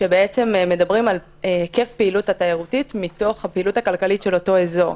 שמדברים על היקף הפעילות התיירות מתוך הפעילות הכלכלית של האזור.